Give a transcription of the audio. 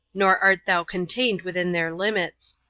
nor art thou contained within their limits.